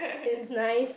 is nice